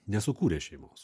nesukūrė šeimos